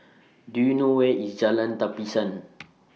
Do YOU know Where IS Jalan Tapisan